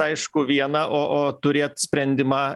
aišku viena o o turėt sprendimą